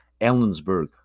Ellensburg